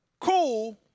cool